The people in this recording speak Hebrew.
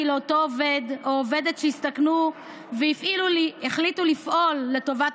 כי לאותו עובד או עובדת שהסתכנו והחליטו לפעול לטובת